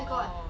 oo